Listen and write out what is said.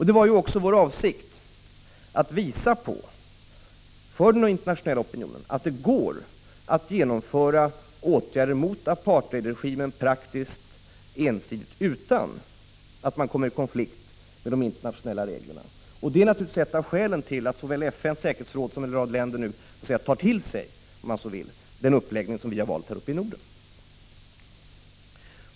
Det var också vår avsikt att visa den internationella opinionen att det går att genomföra åtgärder mot apartheidregimen, praktiskt, ensidigt, utan att man kommer i konflikt med de internationella reglerna. Det är naturligtvis ett av skälen till att såväl FN:s säkerhetsråd som en rad länder nu tar till sig den uppläggning som vi har valt här i Norden.